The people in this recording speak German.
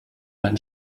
einen